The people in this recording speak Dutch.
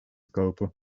kopen